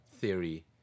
theory